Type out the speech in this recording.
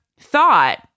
thought